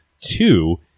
Two